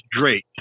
Drake